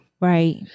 Right